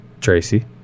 Tracy